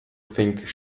think